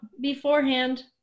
beforehand